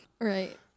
right